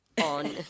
On